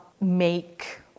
make